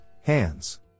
Hands